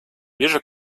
ближе